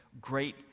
great